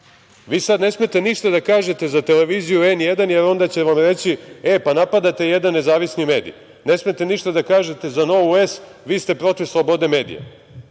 Vi sad ne smete ništa da kažete za televiziju „N1“, jer onda će vam reći – e, pa napadate jedan nezavisni medij. Ne smete ništa da kažete za „Novu S“, vi ste protiv slobode medija. Vi